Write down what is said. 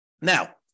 Now